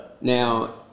now